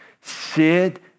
Sit